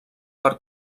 per